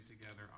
together